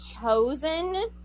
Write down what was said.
chosen